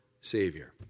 Savior